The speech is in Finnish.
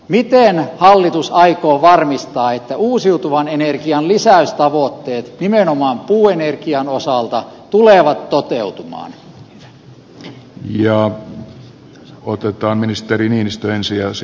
miten hallitus aikoo varmistaa että uusiutuvan energian lisäystavoitteet nimenomaan puuenergian osalta tulevat toteutumaan